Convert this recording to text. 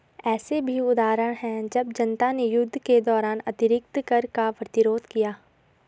ऐसे भी उदाहरण हैं जब जनता ने युद्ध के दौरान अतिरिक्त कर का प्रतिरोध किया